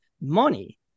money